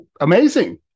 amazing